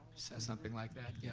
so something like that, yeah